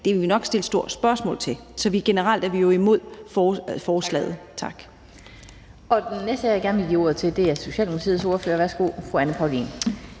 vil vi nok sætte et stort spørgsmålstegn ved. Så generelt er vi jo imod forslaget. Tak.